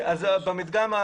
אם אני מסתכל על קנסות של 2019,